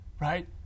right